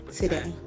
today